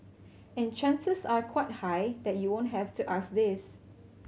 and chances are quite high that you won't have to ask this